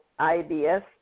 IBS